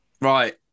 Right